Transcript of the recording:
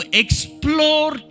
explore